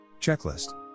checklist